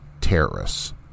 terrorists